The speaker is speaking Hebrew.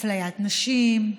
אפליית נשים,